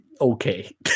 Okay